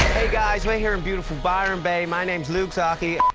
guys, we're here in beautiful byron bay, my name's luke zocchi.